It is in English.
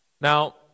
Now